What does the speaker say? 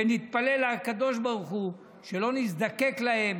ונתפלל לקדוש ברוך הוא שלא נזדקק להם